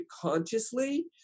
consciously